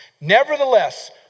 Nevertheless